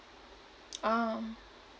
ah